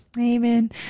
Amen